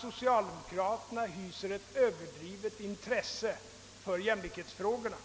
socialdemokraterna hyser ett överdrivet intresse för jämlikhetsfrågorna.